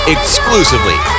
Exclusively